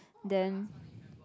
then